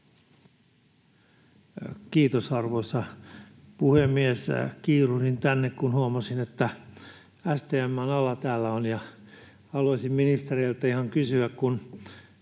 Kiitos, arvoisa puhemies! Kiiruhdin tänne, kun huomasin, että täällä on STM:n ala. Haluaisin ministereiltä ihan kysyä: